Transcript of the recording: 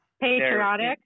Patriotic